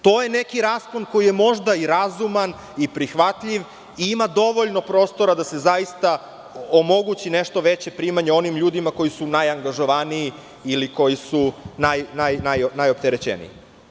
To je neki raspon koji je možda i razuman, prihvatljiv i ima dovoljno prostora da se zaista omogući nešto veće primanje onim ljudima koji su najangažovaniji ili koji su najopterećeniji.